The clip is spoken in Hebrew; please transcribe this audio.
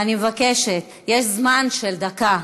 ואני מבקשת: יש זמן של דקה.